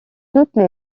toutes